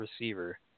receiver